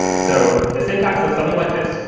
so the syntax looks something like this.